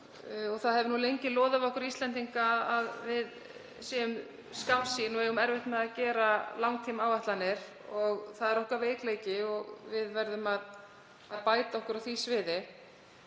Það hefur lengi loðað við okkur Íslendinga að við séum skammsýn og eigum erfitt með að gera langtímaáætlanir. Það er okkar veikleiki og við verðum að bæta okkur á því sviði.